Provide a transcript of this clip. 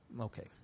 Okay